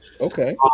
Okay